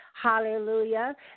Hallelujah